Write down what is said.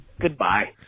Goodbye